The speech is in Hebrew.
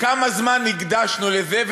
כמה זמן הקדשנו לזה.